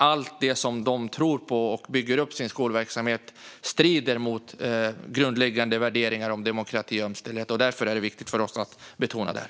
Allt som de tror på och bygger sin skolverksamhet på strider mot grundläggande värderingar om demokrati och jämställdhet. Därför är det viktigt för oss att betona detta.